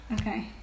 Okay